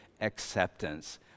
acceptance